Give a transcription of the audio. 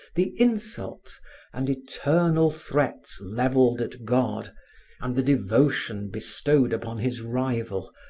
the insults and eternal threats levelled at god and the devotion bestowed upon his rival,